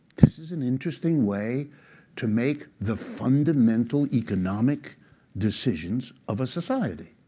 this is an interesting way to make the fundamental economic decisions of a society.